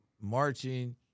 marching